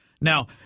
Now